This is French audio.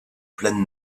pleine